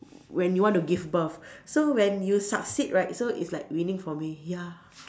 when you want to give birth so when you succeed right so it's like winning for me ya